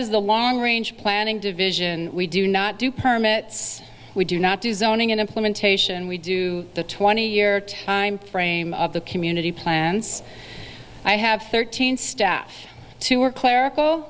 is the long range planning division we do not do permits we do not designing in implementation we do the twenty year timeframe of the community plans i have thirteen staff to work clerical